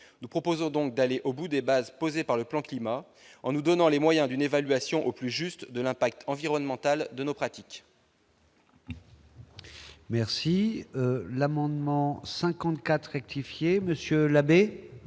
Nous proposons donc d'aller au bout des bases posées par le plan climat, en nous donnant les moyens d'évaluer au plus juste l'impact environnemental de nos pratiques. L'amendement n° 54 rectifié, présenté